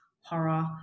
horror